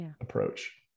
approach